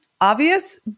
obvious